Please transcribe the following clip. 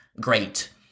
Great